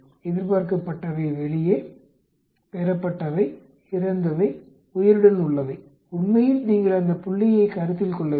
எதிர்பார்க்கப்பட்டவை வெளியே பெறப்பட்டவை இறந்தவை உயிருடன் உள்ளவை உண்மையில் நீங்கள் அந்த புள்ளியை கருத்தில் கொள்ள வேண்டும்